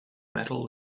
metal